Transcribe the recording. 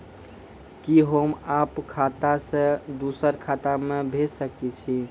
कि होम आप खाता सं दूसर खाता मे भेज सकै छी?